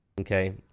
okay